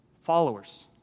followers